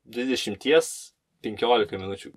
dvidešimties penkiolika minučių